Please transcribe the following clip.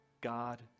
God